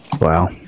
Wow